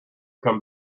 come